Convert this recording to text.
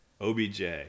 OBJ